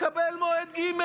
תקבל מועד ג',